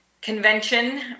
convention